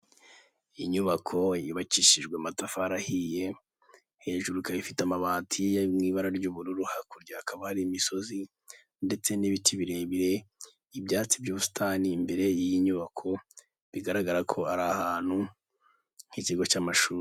Inyubako yubakishijwe amatafari ahiye hejuru ikaba ifite amabati mu ibara ry'ubururu, hakurya hakaba hari imisozi ndetse n'ibiti birebire ibyatsi by'ubusitani, imbere y'iinyubako bigaragara ko ari ahantu h'ikigo cy'amashuri.